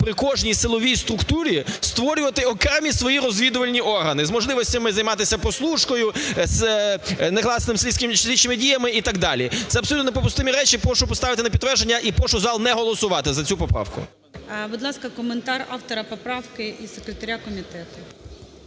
при кожній силовій структурі створювати окремі свої розвідувальні органи з можливостями займатися прослушкою, з негласними слідчими діями і так далі. Це абсолютно неприпустимі речі. Я прошу поставити на підтвердження і прошу зал не голосувати за цю поправку. ГОЛОВУЮЧИЙ. Будь ласка, коментар автора поправки і секретаря комітету.